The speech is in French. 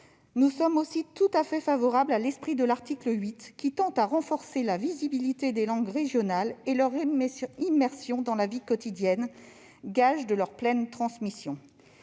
Nous sommes aussi tout à fait favorables à l'esprit de l'article 8, qui tend à renforcer la visibilité des langues régionales et leur immersion dans la vie quotidienne, gages de leur pleine transmission.